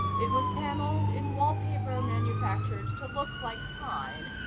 it was paneled in wallpaper manufactured to look like pine,